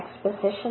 exposition